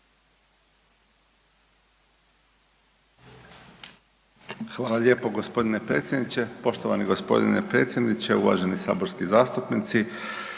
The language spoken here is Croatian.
Hvala lijepo gospodine predsjedniče. Poštovani gospodine predsjedniče, uvaženi saborski zastupnici.